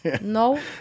No